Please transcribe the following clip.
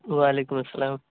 وعلیکم السلام